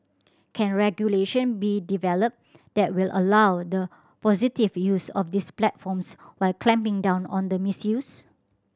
can regulation be developed that will allow the positive use of these platforms while clamping down on the misuse